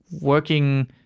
working